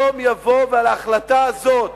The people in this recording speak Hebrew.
יום יבוא ועל ההחלטה הזאת,